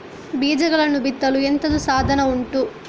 ಬೀಜಗಳನ್ನು ಬಿತ್ತಲು ಎಂತದು ಸಾಧನ ಉಂಟು?